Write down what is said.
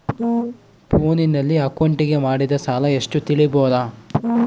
ಫೋನಿನಲ್ಲಿ ಅಕೌಂಟಿಗೆ ಮಾಡಿದ ಸಾಲ ಎಷ್ಟು ತಿಳೇಬೋದ?